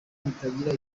bitagira